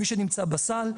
מי שנמצא בסל,